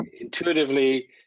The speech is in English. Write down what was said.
intuitively